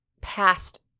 past